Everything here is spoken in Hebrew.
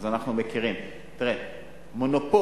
אז אנחנו מכירים, מונופול,